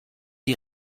die